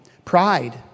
Pride